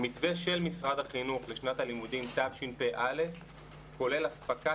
המתווה של משרד החינוך לשנת הלימודים תשפ"א כולל אספקת